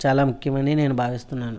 చాలా ముఖ్యమని నేను భావిస్తున్నాను